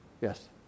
Yes